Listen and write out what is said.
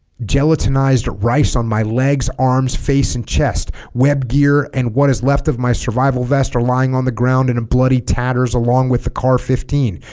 gelatinized rice on my legs arms face and chest web gear and what is left of my survival vest are lying on the ground in a bloody tatters along with the car fifteen.